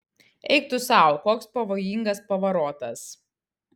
eik tu sau koks pavojingas pavarotas